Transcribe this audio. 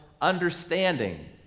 understanding